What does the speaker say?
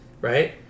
right